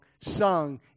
sung